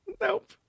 Nope